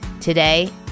Today